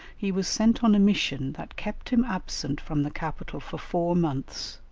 he was sent on a mission that kept him absent from the capital for four months.